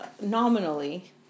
nominally